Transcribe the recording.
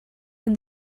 and